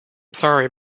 sorry